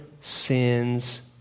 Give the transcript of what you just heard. sins